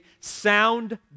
sound